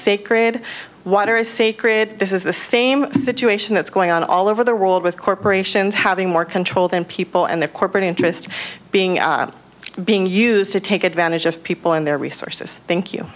sacred water is sacred this is the same situation that's going on all over the world with corporations having more control than people and the corporate interests being being used to take advantage of people in their resources thank you